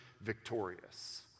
victorious